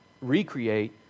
recreate